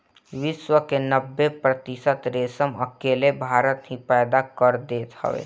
विश्व के नब्बे प्रतिशत रेशम अकेले भारत ही पैदा कर देत हवे